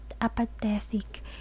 apathetic